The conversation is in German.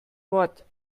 wort